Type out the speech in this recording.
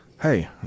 Hey